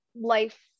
life